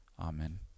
amen